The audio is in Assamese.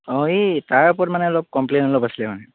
অঁ এই তাৰ ওপৰত মানে অলপ কমপ্লেইন অলপ আছিলে মানে